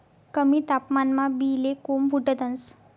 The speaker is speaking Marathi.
कमी तापमानमा बी ले कोम फुटतंस